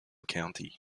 county